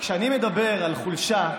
כשאני מדבר על חולשה,